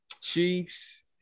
Chiefs